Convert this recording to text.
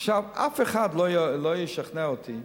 עכשיו, אף אחד לא ישכנע אותי,